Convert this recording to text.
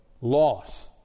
loss